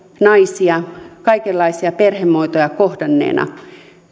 naisia kaikenlaisia perhemuotoja kohdanneena